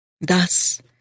Thus